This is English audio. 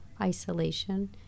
isolation